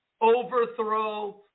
overthrow